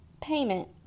payment